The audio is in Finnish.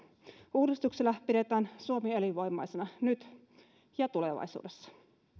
uudistuksilla pidetään suomi elinvoimaisena nyt ja tulevaisuudessa